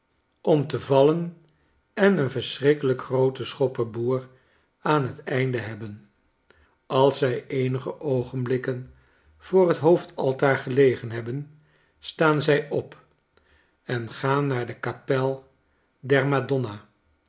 om te vallen en een verschrikkelijk grooten schoppenboer aan het einde hebben als zij eenige oogenblikken voor het hoofdaltaar gelegen hebben staan zij op en gaan naar de kapel der madonna